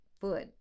foot